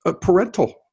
parental